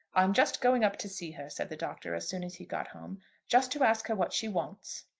i'm just going up to see her, said the doctor, as soon as he got home just to ask her what she wants.